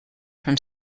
from